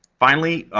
finally,